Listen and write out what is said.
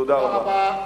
תודה רבה.